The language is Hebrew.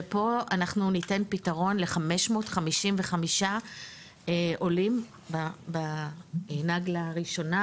ופה אנחנו ניתן פתרון ל-555 עולים בנגלה הראשונה.